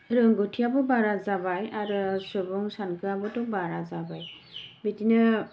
रोंगौथियाबो बारा जाबाय आरो सुबुं सानखोआबोथ' बारा जाबाय बिदिनो